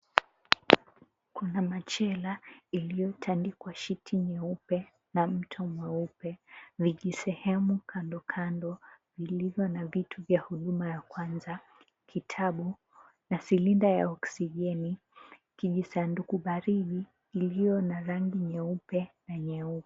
Kuna machela iliyotandikwa shiti nyeupe na mto mweupe vijisehemu kandokando vilivyo na vitu vya huduma ya kwanza, kitabu na silinda ya oksijeni kijisanduku baridi iliyo na rangi nyeupe na nyeusi.